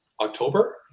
October